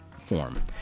form